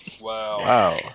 Wow